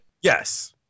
Yes